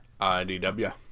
IDW